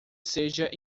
seja